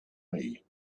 way